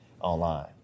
online